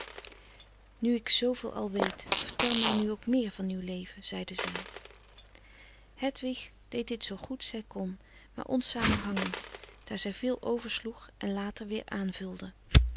nu ik zooveel al weet vertel mij nu ook meer van uw leven zeide zij hedwig deed dit zoo goed zij kon maar onsamenhangend daar zij veel oversloeg en later weer aanvulde